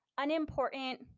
Unimportant